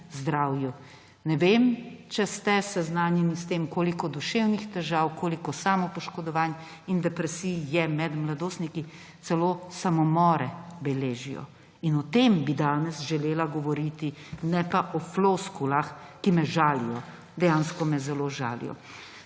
Ne vem, ali ste seznanjeni s tem, koliko duševnih težav, koliko samopoškodovanj in depresij je med mladostniki, celo samomore beležijo. O tem bi danes želela govoriti, ne pa o floskulah, ki me žalijo. Dejansko me zelo žalijo.